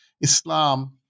Islam